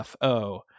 FO